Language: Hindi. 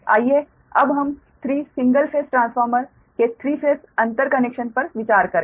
आइए अब हम 3 सिंगल फेस ट्रांसफार्मर के 3 फेस अंतर कनेक्शन पर विचार करें